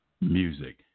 Music